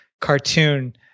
cartoon